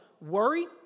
worry